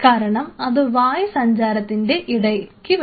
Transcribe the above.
കാരണം അത് വായു സഞ്ചാരത്തിന്റെ ഇടയ്ക്ക് വരും